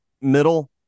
middle